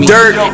Dirt